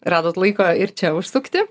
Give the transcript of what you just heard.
radot laiko ir čia užsukti